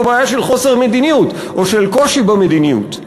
זאת בעיה של חוסר מדיניות או של קושי במדיניות.